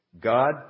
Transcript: God